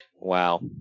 Wow